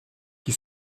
qui